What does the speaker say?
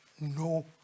no